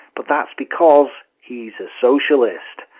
but that's because he's a socialist,